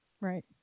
Right